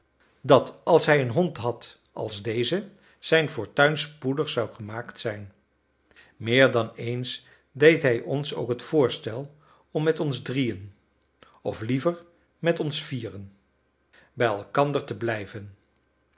dat als hij een hond had als deze zijn fortuin spoedig zou gemaakt zijn meer dan eens deed hij ons ook het voorstel om met ons drieën of liever met ons vieren bij elkander te blijven